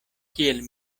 kiel